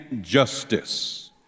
justice